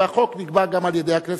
והחוק נקבע גם על-ידי הכנסת.